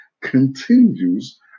continues